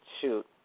Shoot